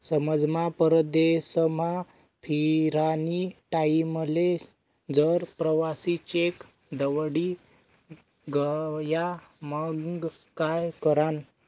समजा परदेसमा फिरानी टाईमले जर प्रवासी चेक दवडी गया मंग काय करानं?